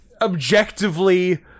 objectively